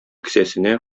кесәсенә